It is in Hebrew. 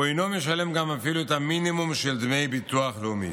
הוא אינו משלם אפילו את המינימום של דמי ביטוח לאומי.